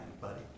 buddy